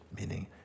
Meaning